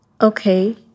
Okay